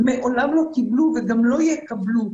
מעולם לא קיבלו וגם לא יקבלו